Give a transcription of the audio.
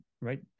right